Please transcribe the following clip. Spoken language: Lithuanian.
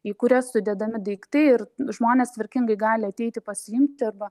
į kurias sudedami daiktai ir žmonės tvarkingai gali ateiti pasiimti arba